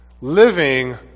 Living